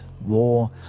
war